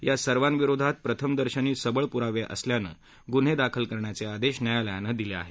या सर्वाविरोधात प्रथमदर्शनी सबळ पुरावे असल्यानं गुन्हे दाखल करण्याचे आदेश न्यायालयानं दिले आहेत